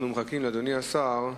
אנחנו מחכים לאדוני השר,